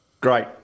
Great